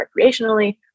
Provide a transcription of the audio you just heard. recreationally